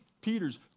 Peter's